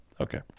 Okay